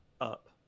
up